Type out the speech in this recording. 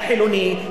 לחילוני,